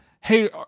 hey